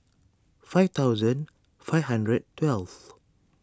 five thousand five hundred twelve